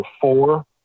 four